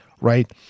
right